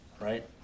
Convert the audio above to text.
right